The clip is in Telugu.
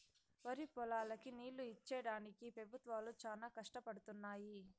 వరిపొలాలకి నీళ్ళు ఇచ్చేడానికి పెబుత్వాలు చానా కష్టపడుతున్నయ్యి